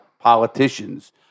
Politicians